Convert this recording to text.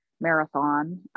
marathon